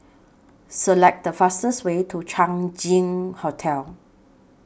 Select The fastest Way to Chang Ziang Hotel